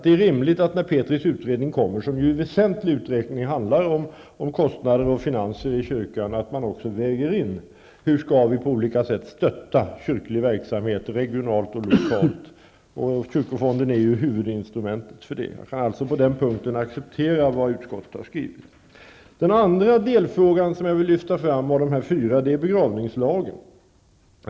Det är rimligt att man när Petris utredning presenteras, som väsentligen handlar om kyrkans kostnader och finanser, väger in hur vi på olika sätt skall stötta kyrklig verksamhet -- regionalt och lokalt. Kyrkofonden är huvudinstrumentet i det sammanhanget. På den punkten accepterar jag alltså utskottets skrivning. Så till den andra delfrågan beträffande nämnda fyra punkter. Det gäller då begravningslagen.